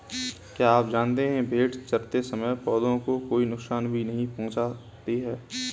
क्या आप जानते है भेड़ चरते समय पौधों को कोई नुकसान भी नहीं पहुँचाती